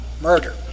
murder